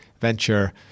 venture